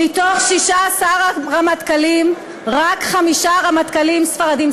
רמטכ"ל, מ-16 רמטכ"לים, רק חמישה רמטכ"לים ספרדים.